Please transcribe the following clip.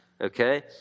Okay